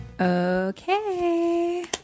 Okay